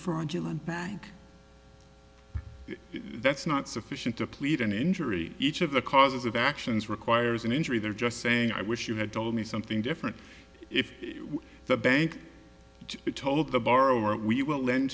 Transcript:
fraudulent bank that's not sufficient to plead an injury each of the causes of actions requires an injury they're just saying i wish you had told me something different if the bank told the borrower we will lend